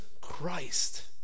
Christ